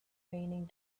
raining